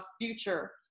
future